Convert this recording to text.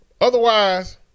Otherwise